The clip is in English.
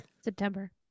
september